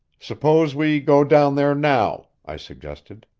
suppose we go down there now, i suggested.